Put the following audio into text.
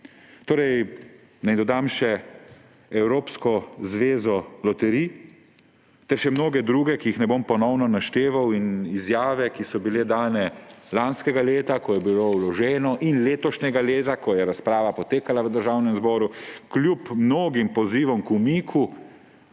Gorica. Naj dodam še evropsko zvezo loterij ter še mnoge druge, ki jih ne bom ponovno našteval, in izjave, ki so bile dane lanskega leta, ko je bilo vloženo, in letošnje leto, ko je razprava potekala v Državnem zboru. Kljub mnogim pozivom k umiku